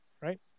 right